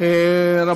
לא שומעים.